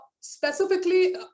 Specifically